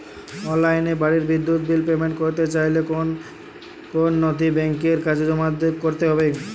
অনলাইনে বাড়ির বিদ্যুৎ বিল পেমেন্ট করতে চাইলে কোন কোন নথি ব্যাংকের কাছে জমা করতে হবে?